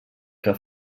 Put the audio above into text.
que